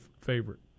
favorite